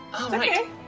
Okay